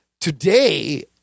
today